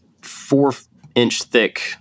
four-inch-thick